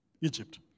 Egypt